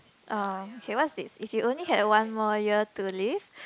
um okay what's this if you only had one more year to live